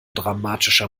dramatischer